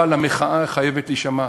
אבל המחאה חייבת להישמע.